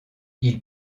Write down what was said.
ils